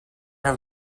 have